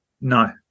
No